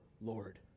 Lord